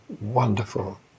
wonderful